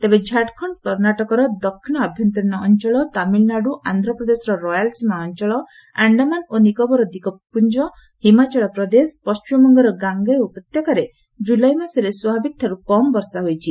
ତେବେ ଝାଡ଼ଖଣ୍ଡ କର୍ଷାଟକର ଦକ୍ଷିଣ ଆଭ୍ୟନ୍ତରୀଣ ଅଞ୍ଚଳ ତାମିଲ୍ନାଡ୍ର ଆନ୍ଧ୍ରପ୍ରଦେଶର ରୟାଲ୍ ସୀମା ଅଞ୍ଚଳ ଆଣ୍ଡାମାନ ଓ ନିକୋବର ଦ୍ୱୀପପୁଞ୍ଜ ହିମାଚଳ ପ୍ରଦେଶ ପଣ୍ଢିମବଙ୍ଗର ଗାଙ୍ଗେୟ ଉପତ୍ୟକାରେ ଜ୍ରଲାଇ ମାସରେ ସ୍ୱାଭାବକଠାର୍ କମ୍ ବର୍ଷା ହୋଇଛି